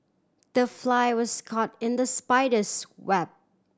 the fly was caught in the spider's web